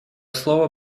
слово